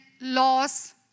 laws